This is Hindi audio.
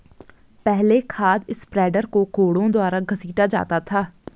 पहले खाद स्प्रेडर को घोड़ों द्वारा घसीटा जाता था